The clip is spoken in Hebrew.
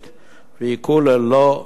והכו ללא רחם.